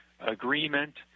agreement